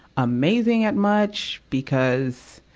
amazing at much, because,